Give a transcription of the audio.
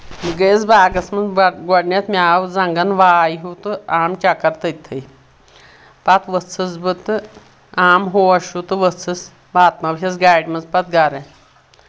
بہٕ گٔیَس باغس منٛز گۄڈنؠتھ مےٚ زنٛگن واے ہیوٗ تہٕ عام چکر تٔتھٕے پتہٕ وٕژھٕس بہٕ تہٕ عام ہوش ہیوٚو تہٕ ؤژھٕس واتنٲوہس گاڑِ منٛز پتہٕ گرٕ